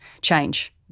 change